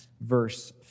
verse